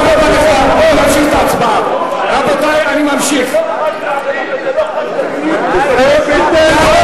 אני ממשיך את ההצבעה.